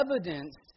evidenced